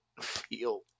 feel